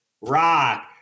Rock